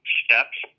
steps